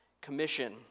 commission